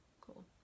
Cool